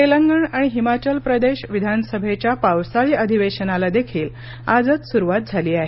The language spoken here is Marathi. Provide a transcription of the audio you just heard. तेलंगण आणि हिमाचल प्रदेश विधानसभेच्या पावसाळी अधिवेशनाला देखील आजच सुरुवात झाली आहे